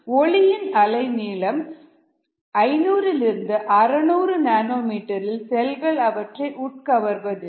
ஒளியின் அலைநீளம் 500 600 nm இல் செல்கள் அவற்றை உட் கவர்வதில்லை